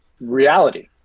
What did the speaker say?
reality